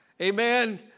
Amen